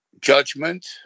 judgment